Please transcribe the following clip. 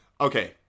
Okay